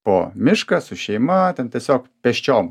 po mišką su šeima ten tiesiog pėsčiom